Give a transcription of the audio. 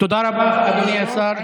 תודה רבה, אדוני השר.